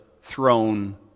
throne